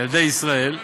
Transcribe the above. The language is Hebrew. ילדי ישראל,